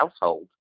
household